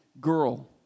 girl